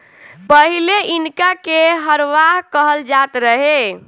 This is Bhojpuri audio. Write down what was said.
पहिले इनका के हरवाह कहल जात रहे